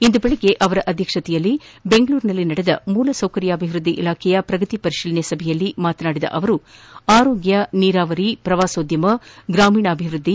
ಇಂದು ಬೆಳಗ್ಗೆ ಮುಖ್ಯಮಂತ್ರಿ ಅಧ್ಯಕ್ಷತೆಯಲ್ಲಿ ಬೆಂಗಳೂರಿನಲ್ಲಿ ನಡೆದ ಮೂಲಸೌಕರ್ಯ ಅಭಿವ್ಯದ್ಲಿ ಇಲಾಖೆಯ ಪ್ರಗತಿ ಪರಿತೀಲನಾ ಸಭೆಯಲ್ಲಿ ಮಾತನಾಡಿದ ಅವರು ಆರೋಗ್ಯ ನಿರಾವರಿ ಪ್ರವಾಸೋದ್ವಮ ಗ್ರಾಮೀಣಾಭಿವೃದ್ದಿ